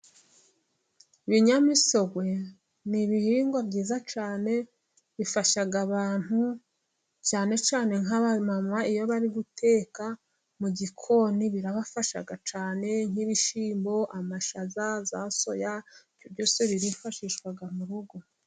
Ibinyamisogwe ni ibihingwa byiza cyane, bifasha abantu cyane cyane nk'abamama, iyo bari guteka mu gikoni birabafasha cyane, nk'ibishyimbo, amashaza, za soya, byose birifashishwa mu rugo.